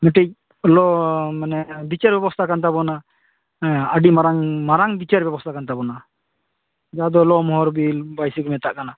ᱢᱤᱫᱴᱤᱡ ᱞᱚ ᱢᱟᱱᱮ ᱵᱤᱪᱟᱹᱨ ᱵᱮᱵᱚᱥᱛᱟ ᱠᱟᱱᱛᱟᱵᱚᱱᱟ ᱦᱮᱸ ᱟᱹᱰᱤ ᱢᱟᱨᱟᱝ ᱢᱟᱨᱟᱝ ᱵᱤᱪᱟᱹᱨ ᱵᱮᱵᱥᱛᱟ ᱠᱟᱱ ᱴᱟᱵᱚᱱᱟ ᱡᱟᱦᱟᱸ ᱫᱚ ᱞᱚ ᱢᱚᱦᱚᱞ ᱵᱤᱨ ᱵᱟᱹᱭᱥᱤ ᱠᱚ ᱢᱮᱛᱟᱜ ᱠᱟᱱᱟ